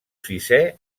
sisè